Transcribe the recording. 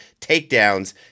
takedowns